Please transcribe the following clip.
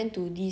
but then